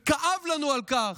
וכאב לנו על כך,